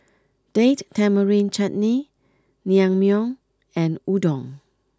Date Tamarind Chutney Naengmyeon and Udon